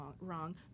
wrong